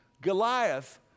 Goliath